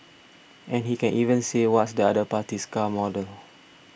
and he can even say what's the other party's car model